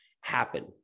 happen